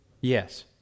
Yes